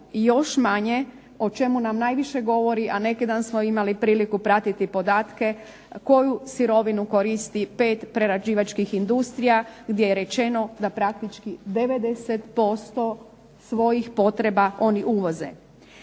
još manje o čemu nam najviše govori, a neki dan smo imali priliku pratiti podatke koju sirovinu koristi 5 prerađivačkih industrija gdje je rečeno da praktički 90% svojih potreba oni uvoze.